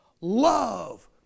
love